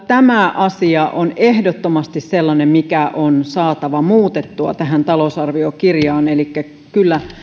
tämä asia on ehdottomasti sellainen mikä on saatava muutettua tähän talousarviokirjaan elikkä